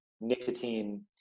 nicotine